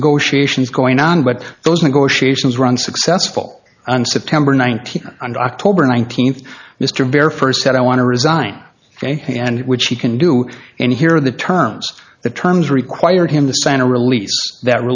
negotiations going on but those negotiations run successful on september nineteenth and october nineteenth mr bear first said i want to resign and which he can do and here in the terms the terms require him to sign a release that